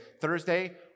Thursday